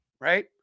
right